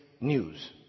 news